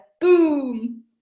boom